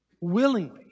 willingly